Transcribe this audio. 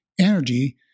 energy